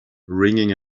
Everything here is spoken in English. ringing